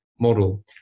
model